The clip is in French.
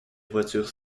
voitures